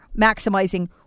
maximizing